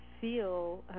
feel